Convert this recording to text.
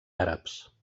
àrabs